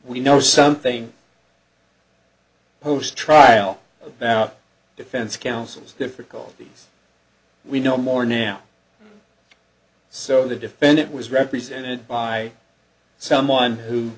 we know something post trial now defense counsel's difficulties we know more now so the defendant was represented by someone who